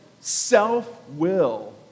self-will